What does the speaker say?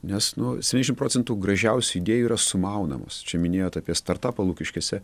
nes nu septyniašim procentų gražiausių idėjų yra sumaunamos čia minėjot apie startapą lukiškėse